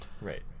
right